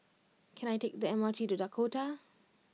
can I take the M R T to Dakota